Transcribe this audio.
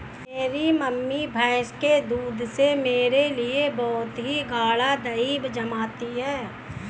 मेरी मम्मी भैंस के दूध से मेरे लिए बहुत ही गाड़ा दही जमाती है